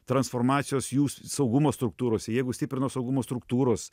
transformacijos jų saugumo struktūrose jeigu stiprina saugumo struktūros